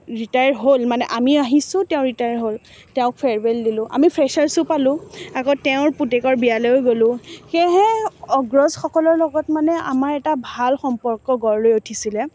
retire হ'ল মানে আমি আহিছোঁ তেওঁ ৰিটায়াৰ হ'ল তেওঁক ফেয়াৰৱেল দিলোঁ আমি ফ্ৰেচাৰ্ছো পালোঁ আকৌ তেওঁৰ পুতেকৰ বিয়ালেও গলোঁ সেয়েহে অগ্ৰজসকলৰ লগত মানে আমাৰ এটা ভাল সম্পৰ্ক গঢ় লৈ উঠিছিলে